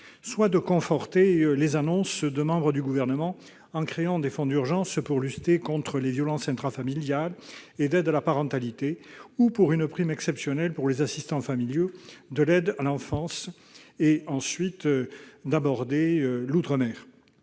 soit de conforter les annonces de membres du Gouvernement, en créant des fonds d'urgence pour lutter contre les violences intrafamiliales et aider à la parentalité ou en prévoyant le versement d'une prime exceptionnelle pour les assistants familiaux de l'aide à l'enfance, soit d'aborder la